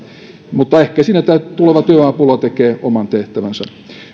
mutta ehkä siinä tämä tuleva työvoimapula tekee oman tehtävänsä